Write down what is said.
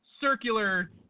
circular